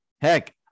heck